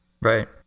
Right